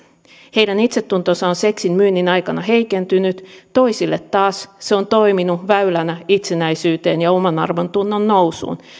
itsetunto seksin myynnin aikana heikentynyt toisille taas se on toiminut väylänä itsenäisyyteen ja omanarvontunnon nousuun